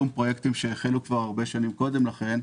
פרויקטים שהחלו כבר הרבה שנים קודם לכן,